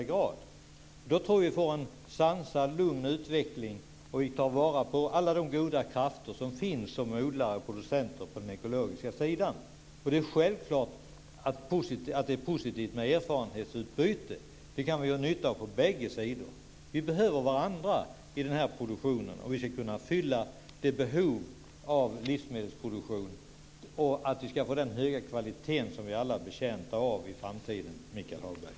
Då tror jag att vi får en sansad och lugn utveckling, och vi tar vara på alla de goda krafter som finns hos odlare och producenter på den ekologiska sidan. Det är självklart att det är positivt med erfarenhetsutbyte - det kan vi ha nytta av på bägge sidor. Vi behöver varandra i den här produktionen om vi ska kunna fylla behovet av livsmedelsproduktion och få den höga kvalitet som vi alla är betjänta av i framtiden, Michael Hagberg.